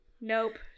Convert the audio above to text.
nope